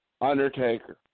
Undertaker